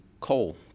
coal